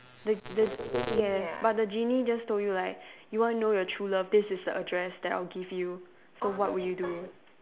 the the yes but the genie just told you like you wanna know your true love this is the address that I'll give you so what will you do